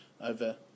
over